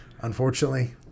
unfortunately